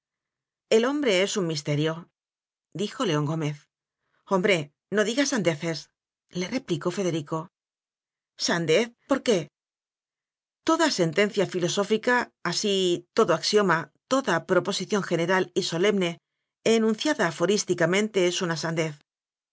el hombre es un misteriodijo león gómez hombre no digas sandeces le replicó federico sandez por qué toda sentencia filosófica así todo axio ma toda proposición general y solemne enunciada aforísticamente es una